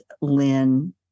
Lynn